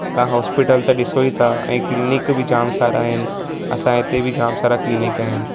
तव्हां हॉस्पिटल त ॾिसो ई था ऐं क्लीनिक बि जाम सारा आहिनि असां हिते बि जाम सारा क्लीनिक आहिनि